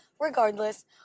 Regardless